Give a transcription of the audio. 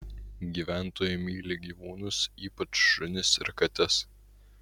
gyventojai myli gyvūnus ypač šunis ir kates